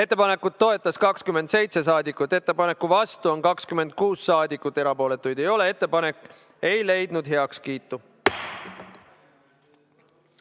Ettepanekut toetas 27 saadikut, ettepaneku vastu on 26 saadikut, erapooletuid ei ole. Ettepanek ei leidnud heakskiitu.